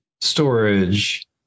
storage